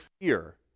fear